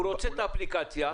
הוא רוצה את האפליקציה.